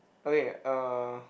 okay uh